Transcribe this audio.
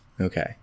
Okay